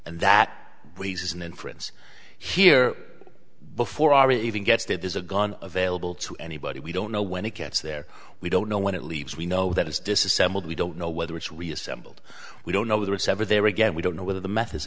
and that raises an inference here before our even gets that there's a gun available to anybody we don't know when it gets there we don't know when it leaves we know that it's disassembled we don't know whether it's reassembled we don't know there are several there again we don't know whether the meth